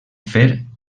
fer